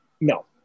no